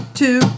two